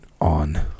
on